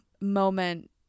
moment